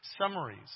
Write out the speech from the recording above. summaries